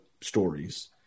stories